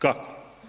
Kako?